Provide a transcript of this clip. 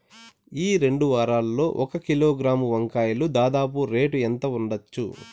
ఈ రెండు వారాల్లో ఒక కిలోగ్రాము వంకాయలు దాదాపు రేటు ఎంత ఉండచ్చు?